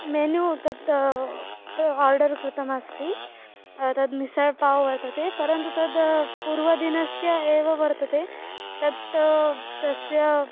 मेनू तत् प्र आर्डर् कृतमस्ति तद् मिसल् पाव् वर्तते परन्तु तद् पूर्वदिनस्य एव वर्तते तत् तस्य